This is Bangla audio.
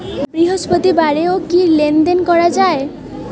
বৃহস্পতিবারেও কি লেনদেন করা যায়?